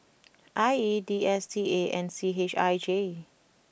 I E D S T A and C H I J